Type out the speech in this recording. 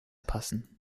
passen